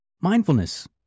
Mindfulness